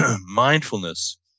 mindfulness